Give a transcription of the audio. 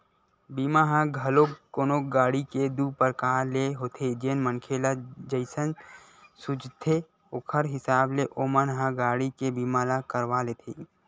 बीमा ह घलोक कोनो गाड़ी के दू परकार ले होथे जेन मनखे ल जइसन सूझथे ओखर हिसाब ले ओमन ह गाड़ी के बीमा ल करवा लेथे